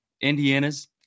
Indiana's